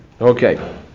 Okay